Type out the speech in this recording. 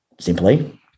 Simply